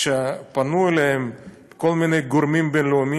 כשפנו אליהם כל מיני גורמים בין-לאומיים